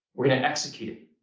we're gonna execute,